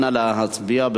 נא להצביע.